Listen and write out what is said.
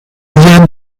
ihren